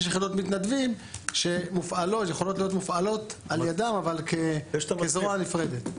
יש יחידות מתנדבים שיכולות להיות מופעלות על ידם אבל כזרוע נפרדת.